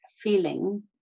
feeling